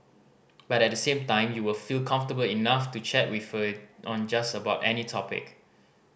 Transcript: but at the same time you will feel comfortable enough to chat with her on just about any topic